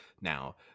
Now